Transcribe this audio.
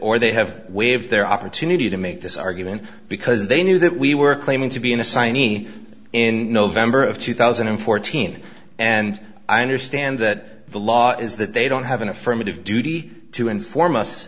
or they have waived their opportunity to make this argument because they knew that we were claiming to be in assignee in november of two thousand and fourteen and i understand that the law is that they don't have an affirmative duty to inform us